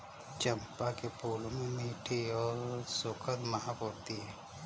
चंपा के फूलों में मीठी और सुखद महक होती है